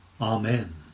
Amen